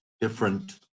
different